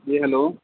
جی hello